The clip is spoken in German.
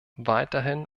weiterhin